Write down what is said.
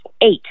eight